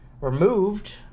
removed